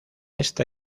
esta